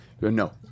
No